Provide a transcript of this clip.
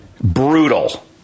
brutal